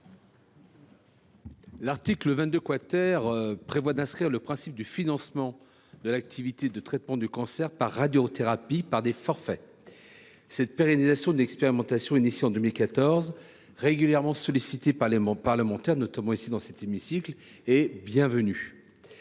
L’article 22 prévoit d’inscrire le principe du financement de l’activité de traitement du cancer par radiothérapie par des forfaits. Cette pérennisation d’une expérimentation entreprise en 2014, régulièrement sollicitée par les parlementaires, est bienvenue.